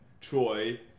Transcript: Troy